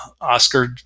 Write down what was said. Oscar